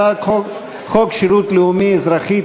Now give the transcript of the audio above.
הצעת חוק שירות לאומי-אזרחי,